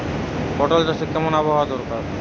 পটল চাষে কেমন আবহাওয়া দরকার?